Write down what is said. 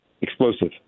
Explosive